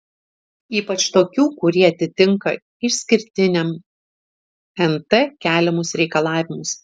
ypač tokių kurie atitinka išskirtiniam nt keliamus reikalavimus